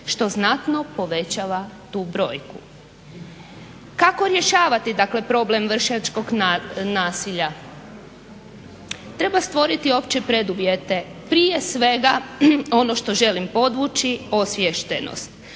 što znatno povećava tu brojku. Kako rješavati dakle problem vršnjačkog nasilja? Treba stvoriti opće preduvjete, prije svega ono što želim podvući, osviještenost.